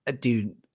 Dude